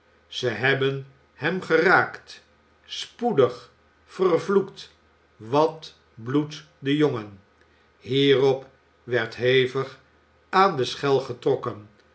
ze hebben hem geraakt spoedig vervloekt wat bloed de jongen hierop werd hevig aan de schel getrokken